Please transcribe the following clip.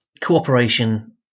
Cooperation